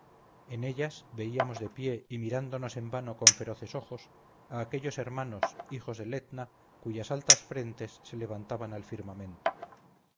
en ellas veíamos de pie y mirándonos en vano con feroces ojos a aquellos hermanos hijos del etna cuyas altas frentes se levantaban al firmamento